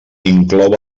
inclou